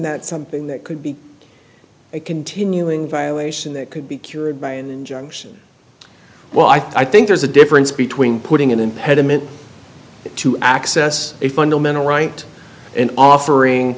that something that could be a continuing violation that could be cured by an injunction well i think there's a difference between putting an impediment to access a fundamental right and offering